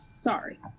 Sorry